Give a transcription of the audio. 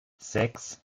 sechs